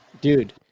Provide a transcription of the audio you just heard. Dude